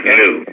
new